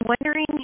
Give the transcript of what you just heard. wondering